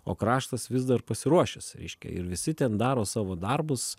o kraštas vis dar pasiruošęs reiškia ir visi ten daro savo darbus